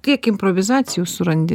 tiek improvizacijų surandi